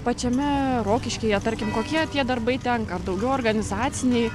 pačiame rokiškyje tarkim kokie tie darbai tenka ar daugiau organizaciniai